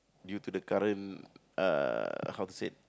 due to the current uh how to said